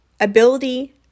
ability